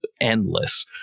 endless